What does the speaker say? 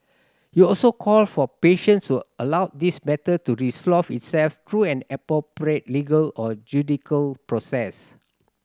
he also called for patience to allow this matter to resolve itself through an appropriate legal or judicial process